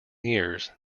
years